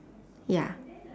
ya